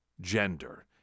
gender